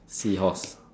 sea horse